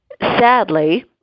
sadly